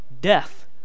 Death